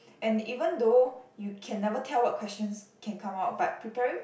and even though you can never tell what questions can come out but preparing